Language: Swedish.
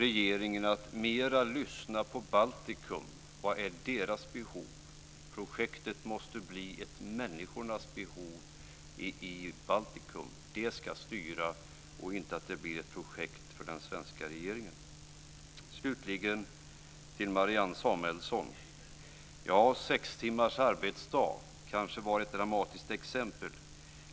Vilka är behoven där? Projektet måste styras av människornas behov i Baltikum och inte bli ett projekt för den svenska regeringen. Slutligen vill jag vända mig till Marianne Samuelsson. Sex timmars arbetsdag kanske var ett dramatiskt exempel.